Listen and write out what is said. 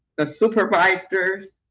the supervisors,